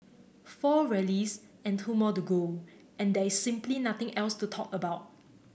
four rallies and two more to go and there is simply nothing else to talk about